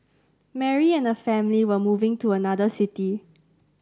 Mary and her family were moving to another city